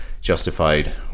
justified